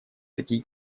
такие